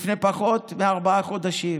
לפני פחות מארבעה חודשים,